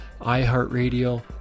iHeartRadio